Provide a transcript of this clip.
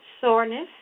soreness